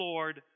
Lord